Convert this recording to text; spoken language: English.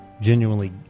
genuinely